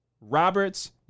Roberts